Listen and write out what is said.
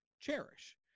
cherish